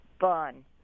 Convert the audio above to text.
fun